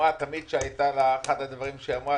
אחד הדברים שהיא אמרה